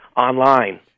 online